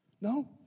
No